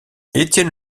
étienne